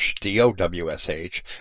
D-O-W-S-H